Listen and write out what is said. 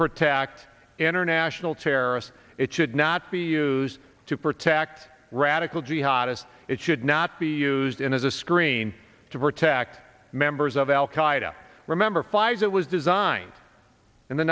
protect international terrorists it should not be used to protect radical jihad as it should not be used in as a screen to protect members of al qaeda remember flies it was designed in the